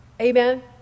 Amen